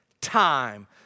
time